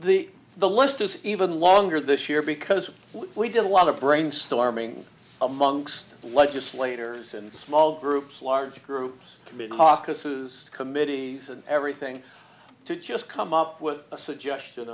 the the list is even longer this year because we did a lot of brainstorming amongst legislators and small groups large groups committee offices committees and everything to just come up with a suggestion